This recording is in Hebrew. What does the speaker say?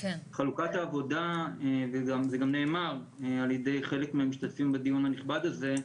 חלוקת העבודה - וזה גם נאמר ע"י חלק מהמשתתפים בדיון הנכבד הזה,